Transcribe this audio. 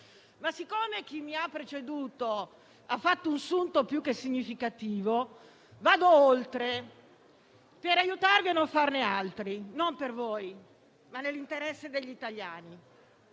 siccome chi mi ha preceduto ha fatto un sunto più che significativo, vado oltre per aiutarvi a non fare altri errori. Non per voi, ma nell'interesse degli italiani.